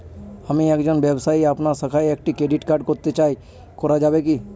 আমি একজন ব্যবসায়ী আপনার শাখায় একটি ক্রেডিট কার্ড করতে চাই করা যাবে কি?